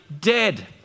dead